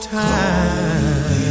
time